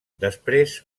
després